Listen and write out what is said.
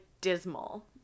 dismal